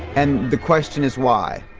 and the question is why?